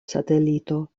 satelito